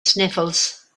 sniffles